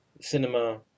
cinema